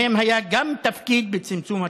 גם להם היה תפקיד בצמצום התחרות.